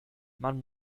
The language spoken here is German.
man